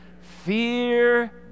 Fear